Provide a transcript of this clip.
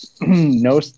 No